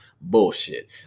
bullshit